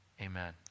amen